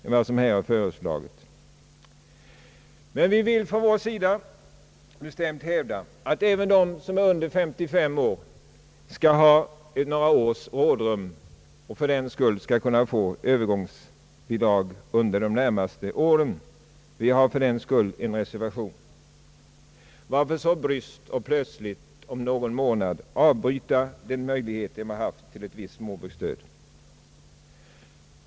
Från vår sida vill vi bestämt hävda att även de som är under 55 år skall ha några års rådrum och fördenskull kunna få övergångsbidrag under de närmaste åren. I den frågan har vi därför avgivit en reservation. Varför så bryskt och plötsligt om någon månad avbryta den möjlighet de haft att få ett visst småbruksstöd?